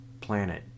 planet